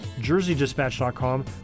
jerseydispatch.com